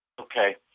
Okay